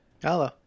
hello